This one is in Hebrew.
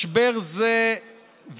משבר זה וההשלכות